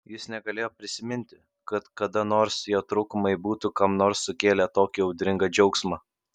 jis negalėjo prisiminti kad kada nors jo trūkumai būtų kam nors sukėlę tokį audringą džiaugsmą